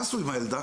מה עשו עם הילדה?